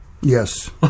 Yes